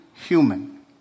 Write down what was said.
Human